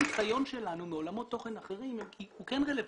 כאן הניסיון שלנו מעולמות תוכן אחרים הוא כן רלוונטי.